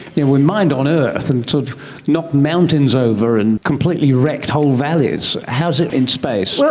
and we mined on earth and knocked mountains over and completely wrecked whole valleys, how is it in space? so